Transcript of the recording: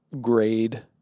grade